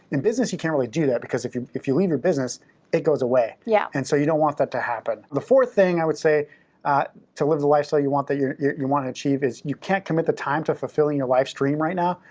in business you can't really do that because if you if you leave your business it goes away. yeah. and so you don't want that to happen. the fourth thing i would say to live the lifestyle you want, that you wanna achieve is you can't commit the time to fulfilling your life's dream right now,